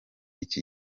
iki